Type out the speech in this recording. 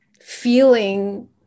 feeling